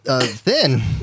Thin